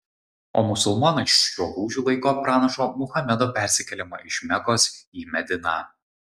o musulmonai šiuo lūžiu laiko pranašo muhamedo persikėlimą iš mekos į mediną